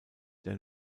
der